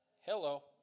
Hello